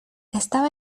estaba